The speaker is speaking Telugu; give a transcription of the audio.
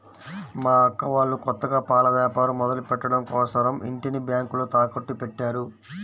మా అక్క వాళ్ళు కొత్తగా పాల వ్యాపారం మొదలుపెట్టడం కోసరం ఇంటిని బ్యేంకులో తాకట్టుపెట్టారు